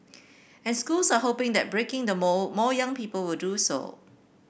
and schools are hoping that breaking the mould more young people would do so